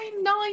nine